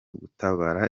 gutabara